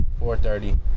4.30